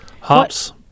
Hops